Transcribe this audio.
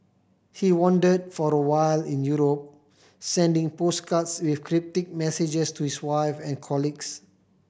he wandered for a while in Europe sending postcards with cryptic messages to his wife and colleagues